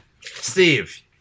Steve